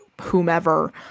whomever